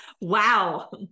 Wow